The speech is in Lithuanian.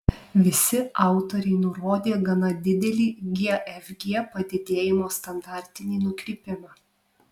visi autoriai nurodė gana didelį gfg padidėjimo standartinį nukrypimą